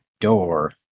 door